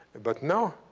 but, now,